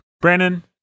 Brandon